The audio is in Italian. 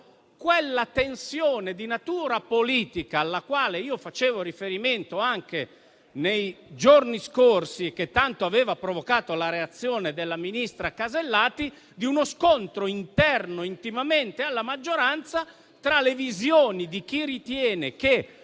quella tensione di natura politica, alla quale io facevo riferimento anche nei giorni scorsi, che tanto aveva provocato la reazione della ministra Alberti Casellati, relativa ad uno scontro interno alla maggioranza tra le visioni di chi ritiene che